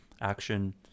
action